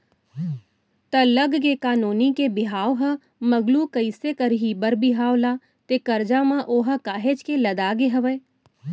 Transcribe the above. त लग गे का नोनी के बिहाव ह मगलू कइसे करही बर बिहाव ला ते करजा म ओहा काहेच के लदागे हवय